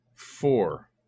four